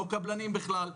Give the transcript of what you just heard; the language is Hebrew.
לא קבלנים בכלל,